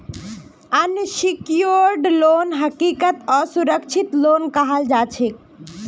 unsecured loan हकीकतत असुरक्षित loan कहाल जाछेक